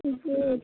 जी